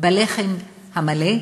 בלחם המלא,